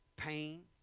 Pain